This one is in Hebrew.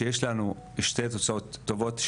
שיש לנו שתי תוצאות טובות.